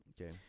Okay